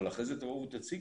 אבל אחרי זה תבוא ותציגו,